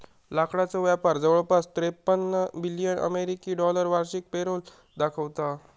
लाकडाचो व्यापार जवळपास त्रेपन्न बिलियन अमेरिकी डॉलर वार्षिक पेरोल दाखवता